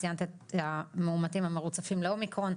ציינת את המאומתים המרוצפים לאומיקרון,